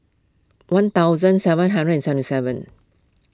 one thousand seven hundred and seventy seven